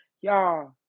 Y'all